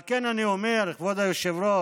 על כן אני אומר, כבוד היושב-ראש,